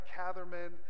Catherman